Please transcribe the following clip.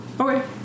Okay